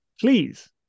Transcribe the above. Please